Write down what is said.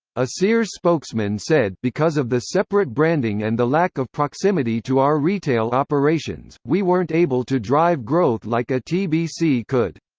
a sears spokesman said because of the separate branding and the lack of proximity to our retail operations, we weren't able to drive growth like a tbc could.